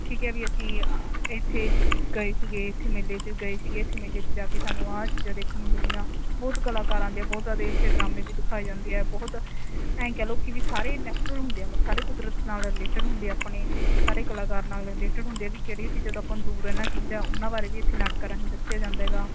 ਠੀਕ ਹੈ ਵੀ ਅਸੀਂ ਇੱਥੇ ਗਏ ਸੀਗੇ ਇੱਥੇ ਮੇਲੇ 'ਚ ਗਏ ਸੀਗੇ ਇੱਥੇ ਮੇਲੇ 'ਚ ਜਾ ਕੇ ਸਾਨੂੰ ਆਹ ਚੀਜ਼ਾਂ ਦੇਖਣ ਨੂੰ ਮਿਲੀਆਂ ਬਹੁਤ ਕਲਾਕਾਰ ਆਉਂਦੇ ਹੈ ਬਹੁਤ ਜ਼ਿਆਦਾ ਇੱਥੇ ਡਰਾਮੇ ਵੀ ਦਿਖਾਏ ਜਾਂਦੇ ਹੈ ਬਹੁਤ ਐਂਏ ਕਹਿ ਲਉ ਕਿ ਵੀ ਸਾਰੇ ਨੈਚੂਰਲ ਹੁੰਦੇ ਆ ਮਤ ਸਾਰੇ ਕੁਦਰਤ ਨਾਲ ਰਿਲੇਟਡ ਹੁੰਦੇ ਹੈ ਆਪਣੇ ਸਾਰੇ ਕਲਾਕਾਰ ਨਾਲ ਰਿਲੇਟਡ ਹੁੰਦੇ ਵੀ ਕਿਹੜੀਆਂ ਚੀਜ਼ਾਂ ਤੋਂ ਆਪਾਂ ਨੂੰ ਦੂਰ ਰਹਿਣਾ ਚਾਹੀਦਾ ਉਨ੍ਹਾਂ ਬਾਰੇ ਵੀ ਇੱਥੇ ਨਾਟਕਾਂ ਰਾਹੀਂ ਦੱਸਿਆ ਜਾਂਦਾ ਹੈਗਾ